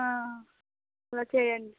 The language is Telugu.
ఓకే అండి